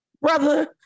Brother